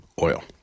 oil